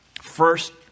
First